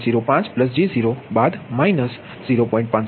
05 j0 બાદ અને minus 0